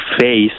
face